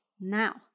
now